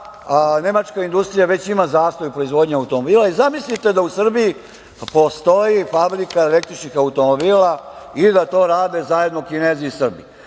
nemačka industrija ima zastoj u proizvodnji automobila i zamislite da u Srbiji postoji fabrika električnih automobila i da to rade zajedno Kinezi i Srbi,